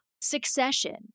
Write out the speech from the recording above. Succession